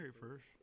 first